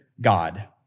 God